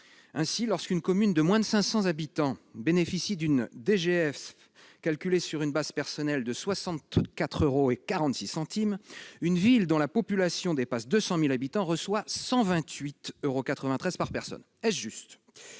Ainsi, lorsqu'une commune de moins de 500 habitants bénéficie d'une dotation globale de fonctionnement, ou DGF, calculée sur une base personnelle de 64,46 euros, une ville dont la population dépasse 200 000 habitants reçoit 128,93 euros par personne. Est-ce juste ?